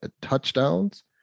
touchdowns